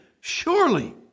surely